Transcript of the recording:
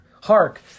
Hark